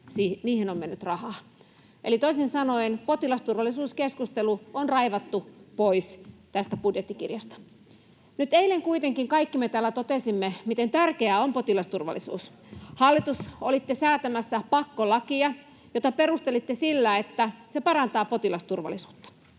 niihin on mennyt rahaa. Eli toisin sanoen potilasturvallisuuskeskustelu on raivattu pois tästä budjettikirjasta. Nyt eilen kuitenkin kaikki me täällä totesimme, miten tärkeää on potilasturvallisuus. Hallitus, olitte säätämässä pakkolakia, jota perustelitte sillä, että se parantaa potilasturvallisuutta.